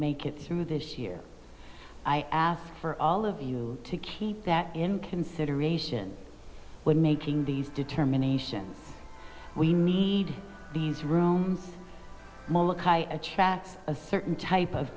make it through this year i ask for all of you to keep that in consideration when making these determinations we need these rooms molokai attracts a certain type of